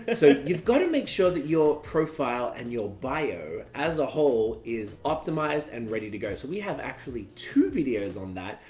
ah so you've got to make sure that your profile and your bio, as a whole, is optimized and ready to go. so we have actually two videos on that.